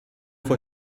fue